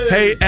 Hey